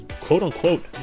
quote-unquote